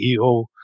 CEO